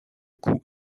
coup